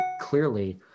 clearly